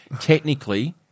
technically